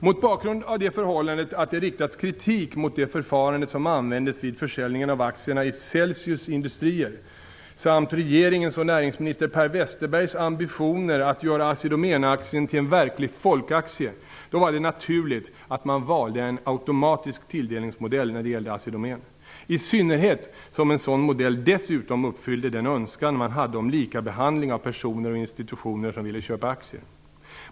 Mot bakgrund av det förhållandet att det riktats kritik mot det förfarande som användes vid försäljningen av aktierna i Celsius Industrier samt regeringens och näringsminister Per Westerbergs ambitioner att göra Assi Domän-aktien till en verklig folkaktie var det naturligt att man valde en automatisk tilldelningsmodell när det gällde Assi Domän, i synnerhet som en sådan modell dessutom uppfyllde den önskan man hade om likabehandling av personer och institutioner som ville köpa aktier.